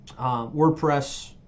WordPress